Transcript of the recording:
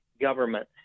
government